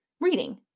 reading